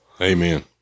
Amen